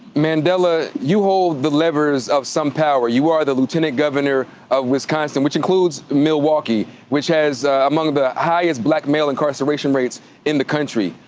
mandela, you hold the levers of some power. you are the lieutenant governor of wisconsin which includes milwaukee which has among the highest black male incarceration rates in the country.